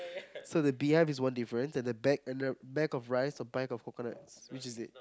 so the bee hive is one difference and the bag and the bag of rice or bunch of coconuts which is it